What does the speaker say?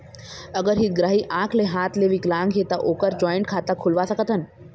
अगर हितग्राही आंख ले हाथ ले विकलांग हे ता ओकर जॉइंट खाता खुलवा सकथन?